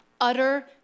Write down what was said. utter